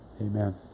amen